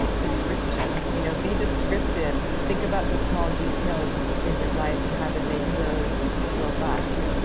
description you know be descriptive. think about the small details in your life and how to make those robust.